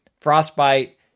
Frostbite